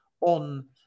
on